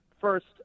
First